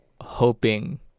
hoping